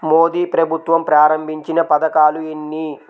మోదీ ప్రభుత్వం ప్రారంభించిన పథకాలు ఎన్ని?